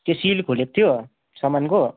त्यो सिल खोलेको थियो सामानको